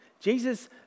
Jesus